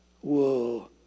Whoa